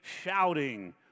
shouting